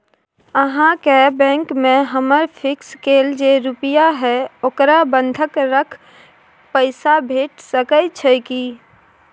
अहाँके बैंक में हमर फिक्स कैल जे रुपिया हय ओकरा बंधक रख पैसा भेट सकै छै कि?